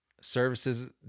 services